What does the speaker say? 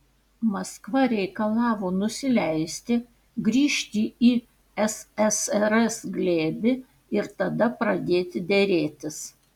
maskva reikalavo nusileisti grįžti į ssrs glėbį ir tada pradėti derėtis